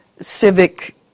civic